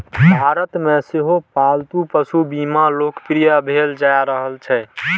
भारत मे सेहो पालतू पशु बीमा लोकप्रिय भेल जा रहल छै